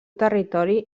territori